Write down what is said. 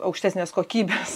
aukštesnės kokybės